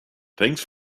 thanks